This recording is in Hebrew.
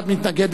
אחד מתנגד,